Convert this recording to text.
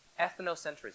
ethnocentrism